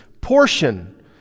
portion